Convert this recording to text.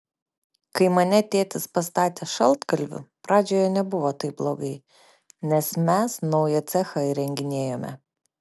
kai mane tėtis pastatė šaltkalviu pradžioje nebuvo taip blogai nes mes naują cechą įrenginėjome